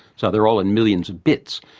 so they're all in millions of bits.